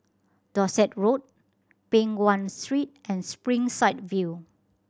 Dorset Road Peng Nguan Street and Springside View